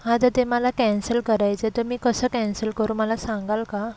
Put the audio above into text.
हां तर ते मला कॅन्सल करायचं आहे तर मी कसं कॅन्सल करू मला सांगाल का